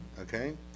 Okay